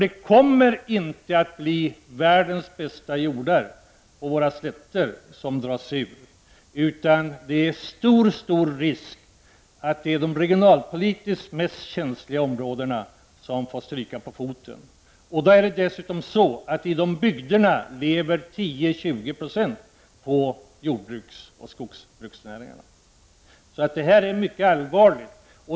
Det kommer inte att bli världens bästa jordar på våra slätter som dras ur, utan det finns stor risk att de regionalpolitiskt mest känsliga områdena får stryka på foten. Dessutom är det så att i dessa bygder lever 10-20 90 av skogsbruksoch jordbruksnäringarna. Det här är mycket allvarligt.